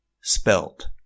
Spelt